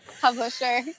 publisher